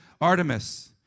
Artemis